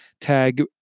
tag